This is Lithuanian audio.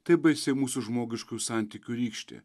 tai baisi mūsų žmogiškųjų santykių rykštė